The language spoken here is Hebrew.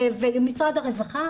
ומשרד הרווחה,